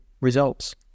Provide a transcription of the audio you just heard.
results